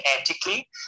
ethically